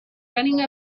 running